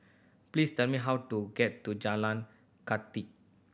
please tell me how to get to Jalan Kathi